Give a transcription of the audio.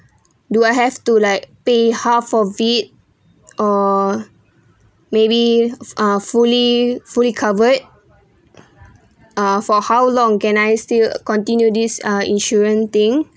do I have to like pay half for it or maybe are fully fully covered ah for how long can I still continue this uh insurance thing